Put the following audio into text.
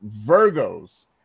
virgos